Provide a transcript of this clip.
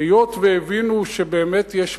היות שהבינו שבאמת יש בעיה,